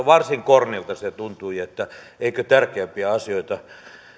varsin kornilta se tuntui eikö tärkeämpiä asioita